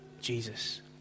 Jesus